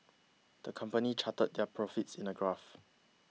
the company charted their profits in a graph